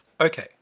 Okay